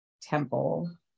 temple